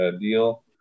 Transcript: deal